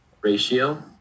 ratio